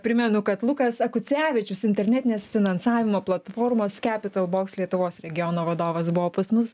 primenu kad lukas akucevičius internetinės finansavimo platformos capitalbox lietuvos regiono vadovas buvo pas mus